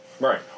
Right